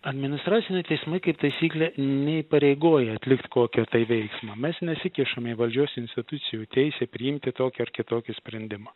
administraciniai teismai kaip taisyklė neįpareigoja atlikt kokio tai veiksmo mes nesikišame į valdžios institucijų teisę priimti tokį ar kitokį sprendimą